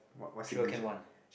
sure can one